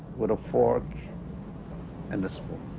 with a fork and this one